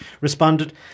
responded